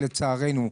לצערנו,